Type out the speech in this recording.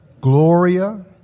Gloria